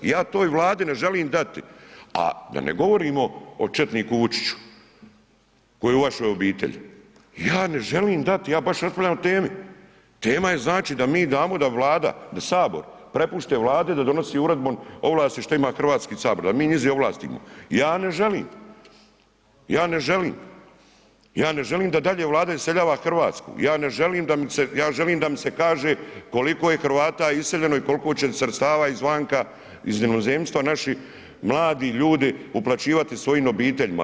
Ja toj Vladi ne želim dati, a da ne govorimo o četniku Vučiću koji je u vašoj obitelji, ja ne želim dati, ja baš raspravljam o temi, tema je znači da mi damo da Vlada, da sabor prepusti Vladi da donosi uredbom ovlasti što ima Hrvatski sabor, da mi njizi ovlastimo, ja ne želim, ja ne želim, ja ne želim da dalje Vlada iseljava Hrvatsku, ja ne želim, ja želim da mi se kaže koliko je Hrvata iseljeno i koliko će sredstava iz vanka iz inozemstva naših mladi ljudi uplaćivati svojim obiteljima.